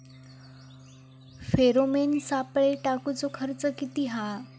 Pheromone सापळे टाकूचो खर्च किती हा?